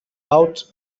out